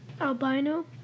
Albino